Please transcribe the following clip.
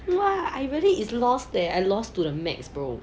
!wah! I really is lost leh I lost to the max leh bro